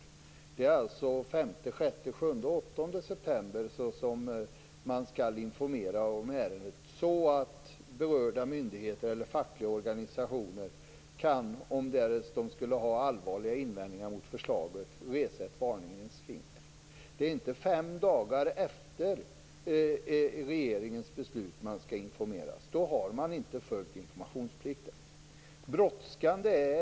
Man skulle alltså informera om ärendet den 5-8 september, så att berörda myndigheter eller fackliga organisationer, om de skulle ha allvarliga invändningar mot förslaget, skulle kunna resa ett varningens finger. De skall inte informeras fem dagar efter regeringens beslut. Då har man inte följt informationsplikten.